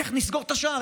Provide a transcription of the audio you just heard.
איך נסגור את השער,